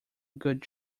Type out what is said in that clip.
good